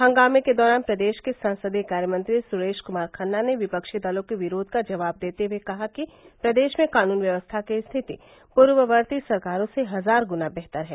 हंगामे के दौरान प्रदेश के संसदीय कार्यमंत्री सुरेश कुमार खन्ना ने विपक्षी दलों के विरोध का जवाब देते हुये कहा कि प्रदेश में कानून व्यवस्था की स्थिति पूर्ववर्ती सरकारों से हजारगुना बेहतर है